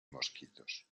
mosquitos